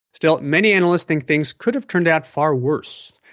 still, many analysts think things could have turned out far worse.